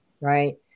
right